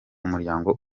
umuryango